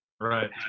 right